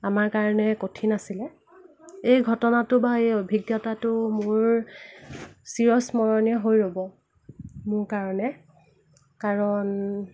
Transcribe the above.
আমাৰ কাৰণে কঠিন আছিলে এই ঘটনাটো বা এই অভিজ্ঞতাটো মোৰ চিৰস্মৰণীয় হৈ ৰ'ব মোৰ কাৰণে কাৰণ